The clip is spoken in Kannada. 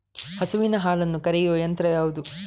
ಹಸುವಿನ ಹಾಲನ್ನು ಕರೆಯುವ ಯಂತ್ರ ಯಾವುದು?